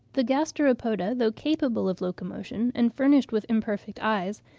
the gasteropoda, though capable of locomotion and furnished with imperfect eyes,